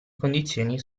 condizioni